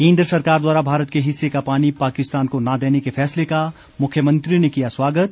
केंद्र सरकार द्वारा भारत के हिस्से का पानी पाकिस्तान को न देने के फैसले का मुख्यमंत्री ने किया स्वागत